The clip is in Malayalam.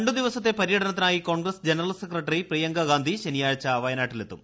രണ്ടു ദിവസത്തെ പര്യടനത്തിനായി കോൺഗ്രസ് ജനറൽ സെക്രട്ടറി പ്രിയങ്കഗാന്ധി ശനിയാഴ്ച വയ്ന്നാട്ടിലെത്തും